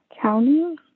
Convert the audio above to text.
county